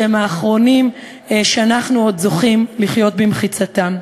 שהם האחרונים שאנחנו עוד זוכים לחיות במחיצתם.